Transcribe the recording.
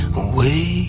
away